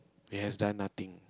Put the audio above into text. he has done nothing